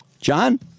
John